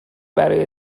برای